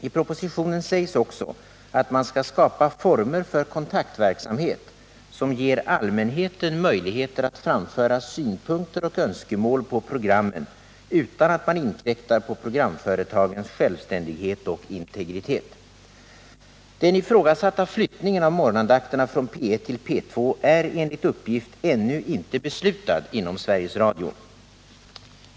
I propositionen sägs också att man skall ”skapa former för kontaktverksamhet som ger allmänheten möjligheter att framföra synpunkter och önskemål på programmen utan att man inkräktar på programföretagens självständighet och integritet”. Den ifrågasatta flyttningen av morgonandakterna från P 1 till P 2 är enligt uppgift ännu inte beslutad inom Sveriges Radio.